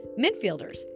Midfielders